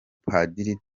padiri